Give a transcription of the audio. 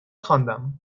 خواندم